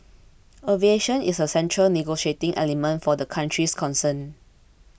aviation is a central negotiating element for the countries concerned